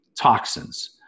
toxins